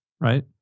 Right